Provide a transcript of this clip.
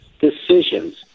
decisions